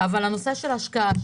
אבל הנושא של השקעה,